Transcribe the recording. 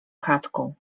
chatką